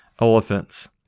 elephants